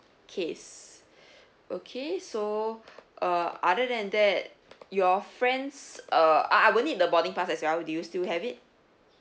case okay so uh other than that your friends uh I I will need the boarding pass as well do you still have it